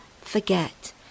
forget